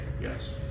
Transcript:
Yes